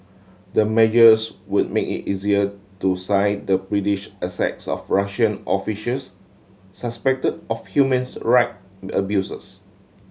the measures would make it easier to the British assets of Russian officials suspected of humans right abuses